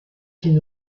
qu’il